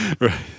right